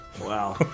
Wow